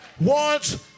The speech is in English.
wants